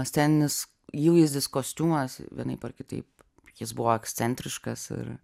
sceninis įvaizdis kostiumas vienaip ar kitaip jis buvo ekscentriškas ir